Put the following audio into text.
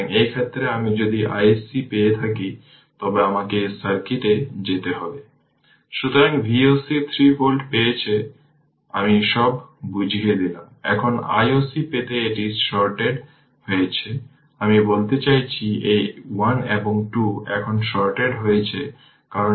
সুতরাং সেই ক্ষেত্রে প্রকৃতপক্ষে এই 2টি জিনিস যদি সার্কিটটি এভাবে আঁকে যে 02 হেনরি এবং এই ইকুইভ্যালেন্ট রেজিস্টর 1 Ω এবং এটি হল i L মানে কারেন্ট প্রবাহিত হচ্ছে iL এভাবে তাই এবং এটি এই প্যারালাল ইকুইভ্যালেন্ট হল 1 Ω যে সার্কিটটি আমি আঁকলাম না কিন্তু শুধু দেখাচ্ছে এবং এটি হল 02 Ω হেনরি এবং i L আমরা এভাবে নিয়েছি